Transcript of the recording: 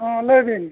ᱦᱮᱸ ᱞᱟᱹᱭ ᱵᱤᱱ